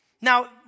Now